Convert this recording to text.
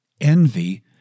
Envy